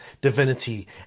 divinity